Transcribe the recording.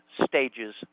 stages